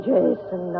Jason